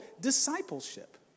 discipleship